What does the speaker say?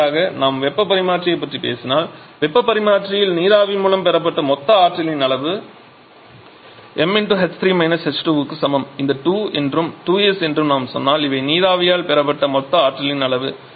இறுதியாக நாம் வெப்பப் பரிமாற்றியைப் பற்றி பேசினால் வெப்பப் பரிமாற்றியில் நீராவி மூலம் பெறப்பட்ட மொத்த ஆற்றலின் அளவு 𝑚 ℎ3 ℎ2 க்கு சமம் இந்த 2 என்றும் 2s என்றும் நாம் சொன்னால் இவை நீராவியால் பெறப்பட்ட மொத்த ஆற்றலின் அளவு